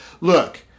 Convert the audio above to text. look